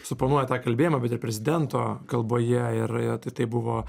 suponuoja tą kalbėjimą bet ir prezidento kalboje ir ir tai tai buvo